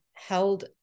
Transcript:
held